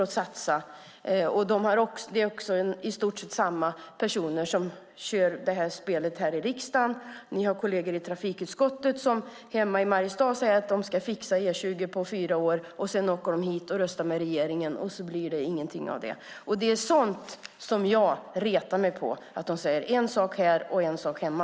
Det är i stort sett samma personer kör det spelet här i riksdagen. Ni har kolleger i trafikutskottet som hemma i Mariestad säger att de ska fixa E20 på fyra år. Sedan åker de hit och röstar med regeringen, och då blir det ingenting av det. Jag retar mig på att det säger en sak här och en sak därhemma.